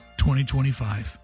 2025